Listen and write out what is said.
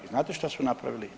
Znate što su napravili?